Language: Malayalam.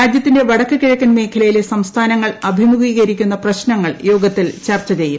രാജ്യത്തിന്റെ വടക്ക് കിഴക്കൻ മേഖലയിലെ സംസ്ഥാനങ്ങൾ അഭിമുഖീകരിക്കുന്ന പ്രശ്നങ്ങൾ യോഗത്തിൽ ചർച്ചു ചെയ്യും